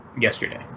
yesterday